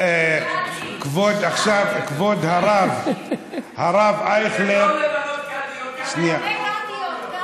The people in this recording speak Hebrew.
כבוד הרב אייכלר, ולא למנות קאדיות, תמנה קאדיות.